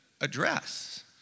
address